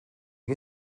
qué